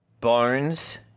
Bones